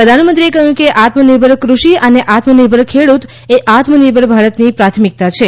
પ્રધાનમંત્રીએ કહ્યું કે આત્મનિર્ભર ક઼ષિ અને આત્મનિર્ભર ખેડૂતએ આત્મનિર્ભર ભારતની પ્રાથમિકતા છે